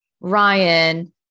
Ryan